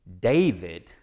David